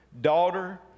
Daughter